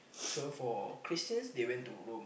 so for Christians they went to Rome